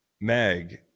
Meg